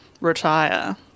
retire